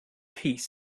piece